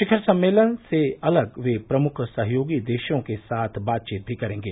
शिखर सम्मेलन से अलग वे प्रमुख सहयोगी देशों के साथ बातचीत भी करेंगे